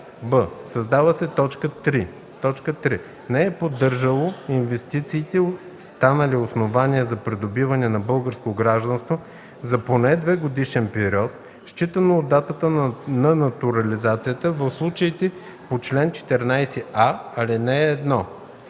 б) създава се т. 3: „3. не е поддържало инвестициите, станали основание за придобиване на българско гражданство, за поне две годишен период, считано от датата на натурализацията – в случаите по чл. 14а, ал. 1.“ 4.